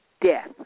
death